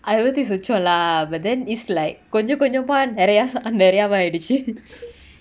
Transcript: அருவத்தி சொச்சோ:aruvathi socho lah but then is like கொஞ்ச கொஞ்சமா நெரய:konja konjama neraya sa~ நெரயவாகிடிச்சு:nerayavaakidichu